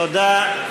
תודה.